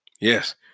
Yes